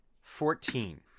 Fourteen